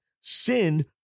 Sin